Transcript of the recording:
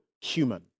human